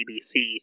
ABC